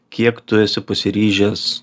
kiek tu esi pasiryžęs